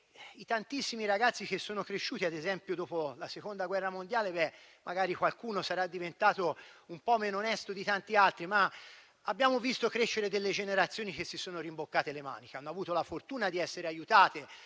ai tantissimi ragazzi che sono cresciuti, ad esempio dopo la Seconda guerra mondiale; magari qualcuno sarà diventato un po' meno onesto di tanti altri, ma abbiamo visto crescere delle generazioni che si sono rimboccate le maniche, hanno avuto la fortuna di essere aiutate